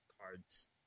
cards